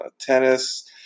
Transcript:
Tennis